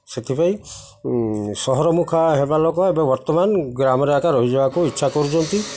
ସେଥିପାଇଁ ସହର ମୁୁଖା ହେବା ଲୋକ ଏବେ ବର୍ତ୍ତମାନ ଗ୍ରାମରେ ଏକା ରହିଯିବାକୁ ଇଚ୍ଛା କରୁଛନ୍ତି